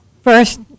first